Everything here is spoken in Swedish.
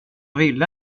ville